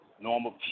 normal